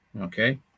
Okay